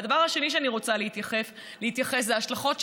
והדבר השני שאני רוצה להתייחס אליו זה להשלכות,